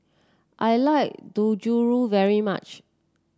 I like Dangojiru very much